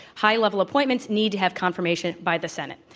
high level appointments need to have confirmation by the senate.